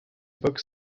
books